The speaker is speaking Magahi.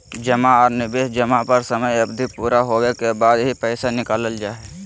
जमा आर निवेश जमा में समय अवधि पूरा होबे के बाद ही पैसा निकालल जा हय